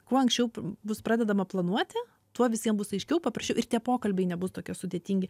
kuo anksčiau bus pradedama planuoti tuo visiem bus aiškiau paprasčiau ir tie pokalbiai nebus tokie sudėtingi